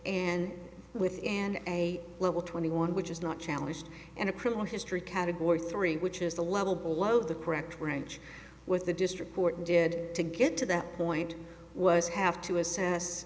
and within a level twenty one which is not challenged and a criminal history category three which is the level below the correct range with the district court did to get to that point was have to assess